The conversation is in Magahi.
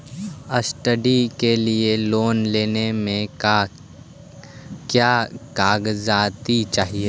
स्टडी के लिये लोन लेने मे का क्या कागजात चहोये?